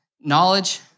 knowledge